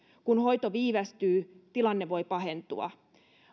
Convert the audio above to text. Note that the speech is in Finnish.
kun hoito viivästyy tilanne voi pahentua